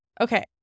Okay